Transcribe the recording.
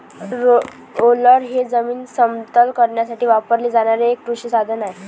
roller हे जमीन समतल करण्यासाठी वापरले जाणारे एक कृषी साधन आहे